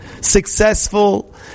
successful